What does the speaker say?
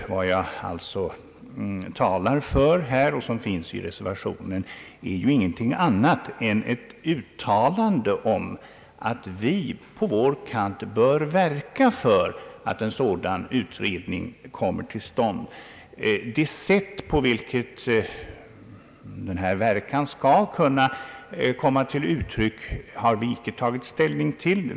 Vad jag alltså talar för här och som finns i reservationen är ingenting annat än ett uttalande om att vi på vår kant bör verka för att en sådan utredning kommer till stånd. Det sätt på vilket denna verkan skall kunna komma till uttryck har vi inte tagit ställning till.